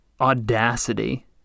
audacity